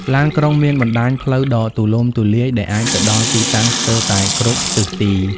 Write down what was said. ឡានក្រុងមានបណ្តាញផ្លូវដ៏ទូលំទូលាយ ដែលអាចទៅដល់ទីតាំងស្ទើរតែគ្រប់ទិសទី។